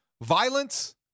violence